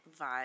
vibe